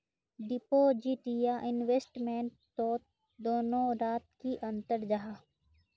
Deposit या investment तोत दोनों डात की अंतर जाहा?